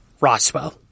Roswell